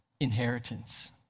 Inheritance